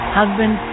husband